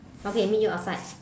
okay meet you outside